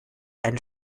and